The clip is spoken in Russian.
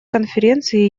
конференции